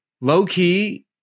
low-key